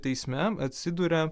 teisme atsiduria